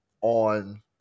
on